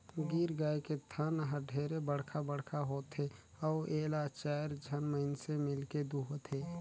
गीर गाय के थन हर ढेरे बड़खा बड़खा होथे अउ एला चायर झन मइनसे मिलके दुहथे